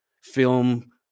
film